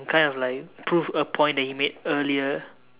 kind of like prove a point that he made earlier